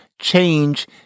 change